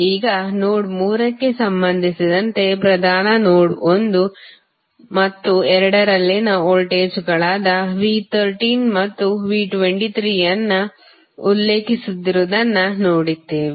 ಈಗ ನೋಡ್ ಮೂರಕ್ಕೆ ಸಂಬಂಧಿಸಿದಂತೆ ಪ್ರಧಾನ ನೋಡ್ ಒಂದು ಮತ್ತು ಎರಡರಲ್ಲಿನ ವೋಲ್ಟೇಜ್ಗಳಾದ V13 ಮತ್ತುV23 ಅನ್ನು ಉಲ್ಲೇಖಿಸುತ್ತಿರುವುದನ್ನು ನೋಡಿದ್ದೇವೆ